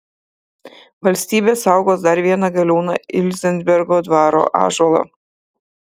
valstybė saugos dar vieną galiūną ilzenbergo dvaro ąžuolą